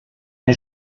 nei